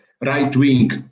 right-wing